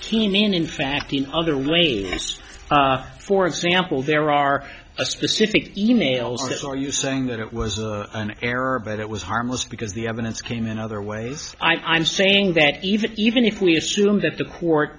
keening in fact in other lameness for example there are a specific e mails or you saying that it was an error but it was harmless because the evidence came in other ways i'm saying that even even if we assume that the court